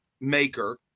Maker